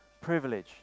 privilege